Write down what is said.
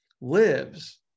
lives